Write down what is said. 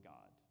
God